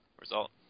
result